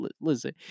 listen